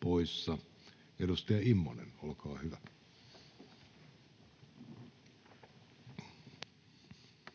poissa. — Edustaja Immonen, olkaa hyvä. Arvoisa